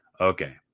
Okay